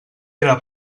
era